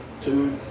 two